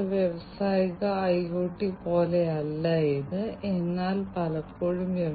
അതിനാൽ ഈ വ്യത്യസ്ത പ്രക്രിയകളുടെ മൊത്തത്തിലുള്ള കാര്യക്ഷമത മെച്ചപ്പെടുത്തുന്നതിന്